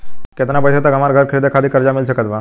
केतना पईसा तक हमरा घर खरीदे खातिर कर्जा मिल सकत बा?